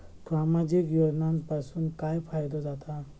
सामाजिक योजनांपासून काय फायदो जाता?